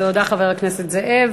תודה, חבר הכנסת זאב.